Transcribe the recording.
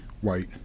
white